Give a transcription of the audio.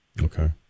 Okay